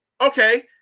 Okay